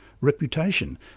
reputation